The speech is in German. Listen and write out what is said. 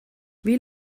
wie